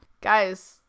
guys